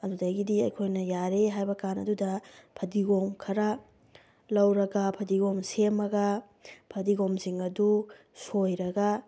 ꯑꯗꯨꯗꯒꯤꯗꯤ ꯑꯩꯈꯣꯏꯅ ꯌꯥꯔꯦ ꯍꯥꯏꯕ ꯀꯥꯟ ꯑꯗꯨꯗ ꯐꯗꯤꯒꯣꯝ ꯈꯔ ꯂꯧꯔꯒ ꯐꯗꯤꯒꯣꯝ ꯁꯦꯝꯃꯒ ꯐꯗꯤꯒꯣꯝꯁꯤꯡ ꯑꯗꯨ ꯁꯣꯏꯔꯒ